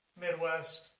Midwest